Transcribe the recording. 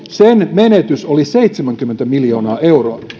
menetys oli seitsemänkymmentä miljoonaa euroa